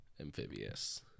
Amphibious